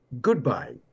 goodbye